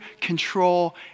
control